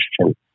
question